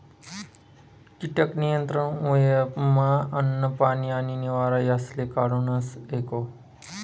कीटक नियंत्रण उपयमा अन्न, पानी आणि निवारा यासले काढूनस एको